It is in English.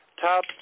top